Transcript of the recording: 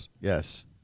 Yes